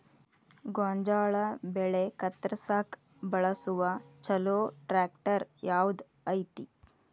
ಗೋಂಜಾಳ ಬೆಳೆ ಕತ್ರಸಾಕ್ ಬಳಸುವ ಛಲೋ ಟ್ರ್ಯಾಕ್ಟರ್ ಯಾವ್ದ್ ಐತಿ?